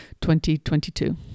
2022